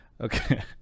Okay